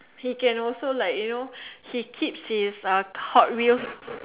he can also like you know he keeps his uh hot wheels